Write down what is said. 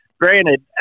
Granted